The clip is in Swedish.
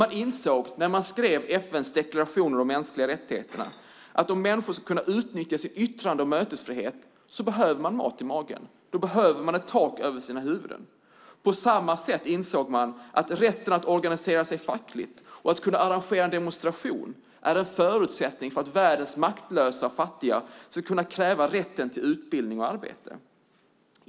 Man insåg när man skrev FN:s deklaration om de mänskliga rättigheterna att om människor ska kunna utnyttja sin yttrande eller mötesfrihet så behöver de mat i magen och ett tak över sina huvuden. På samma sätt insåg man att rätten att organisera sig fackligt och att kunna arrangera en demonstration är en förutsättning för att världens maktlösa och fattiga ska kunna kräva rätten till utbildning och arbete.